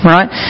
Right